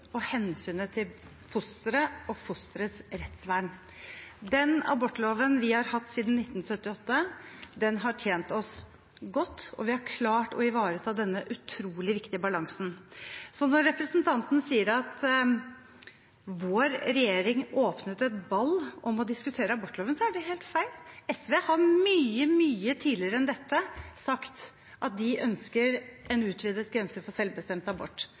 og hensynet til fosteret og fosterets rettsvern. Den abortloven vi har hatt siden 1978, har tjent oss godt, og vi har klart å ivareta denne utrolig viktige balansen. Så når representanten Hussein sier at vår regjering åpnet et ball om å diskutere abortloven, er det helt feil. SV har mye tidligere enn dette sagt at de ønsker en utvidet grense for selvbestemt abort.